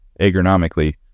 agronomically